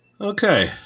okay